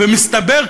ומסתבר,